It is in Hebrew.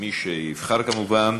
מי שיבחר, כמובן,